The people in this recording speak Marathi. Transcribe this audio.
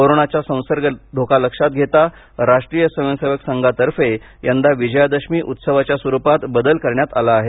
कोरोनाच्या संसर्गाचा धोका लक्षात घेता राष्ट्रीय स्वयंसेवक संघातर्फे यंदा विजयादशमी उत्सवाच्या स्वरुपात बदल करण्यात आला आहे